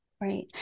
right